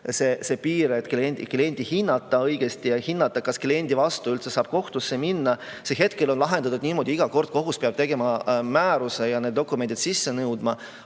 see piir, et klienti hinnata õigesti ja hinnata, kas kliendi vastu üldse saab kohtusse minna. See on hetkel lahendatud niimoodi, et kohus peab iga kord tegema määruse ja need dokumendid sisse nõudma.